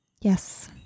yes